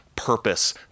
purpose